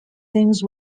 things